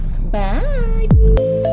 Bye